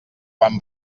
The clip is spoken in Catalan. quan